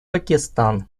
пакистан